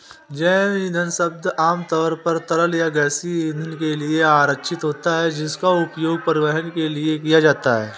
जैव ईंधन शब्द आमतौर पर तरल या गैसीय ईंधन के लिए आरक्षित होता है, जिसका उपयोग परिवहन के लिए किया जाता है